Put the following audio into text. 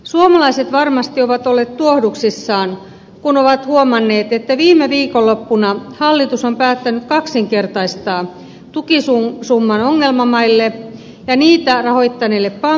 suomalaiset varmasti ovat olleet tuohduksissaan kun ovat huomanneet että viime viikonloppuna hallitus on päättänyt kaksinkertaistaa tukisumman ongelmamaille ja niitä rahoittaneille pankeille ja sijoittajille